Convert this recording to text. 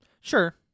Sure